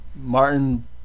Martin